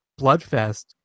bloodfest